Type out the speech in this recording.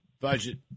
budget